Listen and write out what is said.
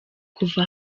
kuva